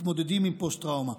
מתמודדים עם פוסט-טראומה,